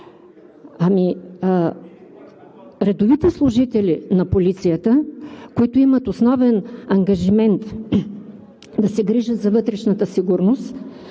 Ами редовите служители на полицията, които имат основен ангажимент да се грижат за вътрешната сигурност